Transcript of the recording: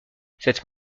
cette